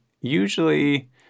usually